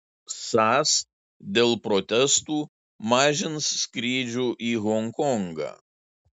sas dėl protestų mažins skrydžių į honkongą